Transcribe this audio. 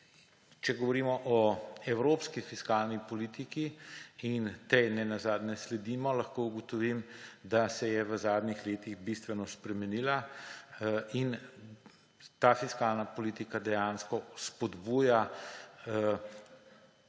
če govorimo o evropski fiskalni politiki, in tej nenazadnje sledimo, lahko ugotovim, da se je v zadnjih letih bistveno spremenila. In ta fiskalna politika dejansko spodbuja